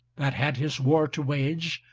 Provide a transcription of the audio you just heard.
that had his war to wage,